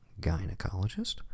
gynecologist